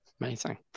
Amazing